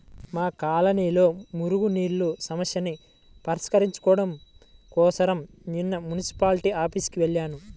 మా కాలనీలో మురుగునీళ్ళ సమస్యని పరిష్కరించుకోడం కోసరం నిన్న మున్సిపాల్టీ ఆఫీసుకి వెళ్లాను